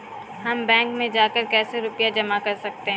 हम बैंक में जाकर कैसे रुपया जमा कर सकते हैं?